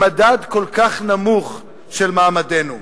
למדד כל כך נמוך של מעמדנו.